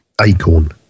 Acorn